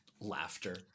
Laughter